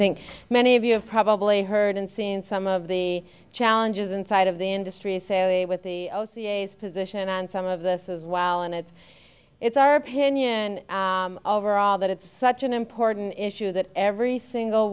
think many of you have probably heard and seen some of the challenges inside of the industry say with the position on some of this as well and it's it's our opinion overall that it's such an important issue that every single